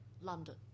London